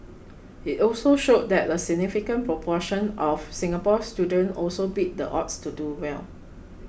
it also showed that a significant proportion of Singapore students also beat the odds to do well